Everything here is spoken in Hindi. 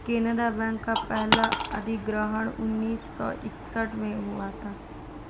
केनरा बैंक का पहला अधिग्रहण उन्नीस सौ इकसठ में हुआ था